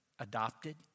adopted